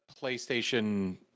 PlayStation